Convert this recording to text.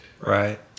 Right